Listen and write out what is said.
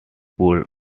could